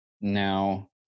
now